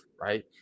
right